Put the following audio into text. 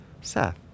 Seth